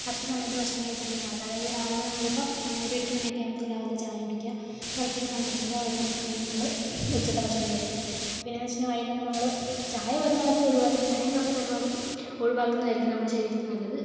correct സമയത്ത് ഭക്ഷണം കഴിച്ചിട്ടുണ്ടെങ്കിൽ മാത്ര അതായത് രാവിലെ നമ്മളിപ്പം ഒരു എട്ട് മണിയൊക്കെ ആകുമ്പോഴത്തേക്കും രാവിലത്തെ ചായ കുടിക്കുക കറക്ട് ഒരു പന്ത്രണ്ടര ഒരുമണിക്കുള്ളിൽ നമ്മൾ ഉച്ചത്തെ ഭക്ഷണം കഴിക്കുക പിന്നെയെന്ന് വെച്ചിട്ടുണ്ടെങ്കിൽ വൈകുന്നേരം നമ്മൾ ചായ പരമാവധി ഒഴിവാക്കുന്ന ചായയും കാപ്പിയും പരമാവധി ഒഴിവാക്കുന്നതായിരിക്കും നമ്മളുടെ ശരീരത്തിന് നല്ലത്